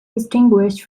distinguished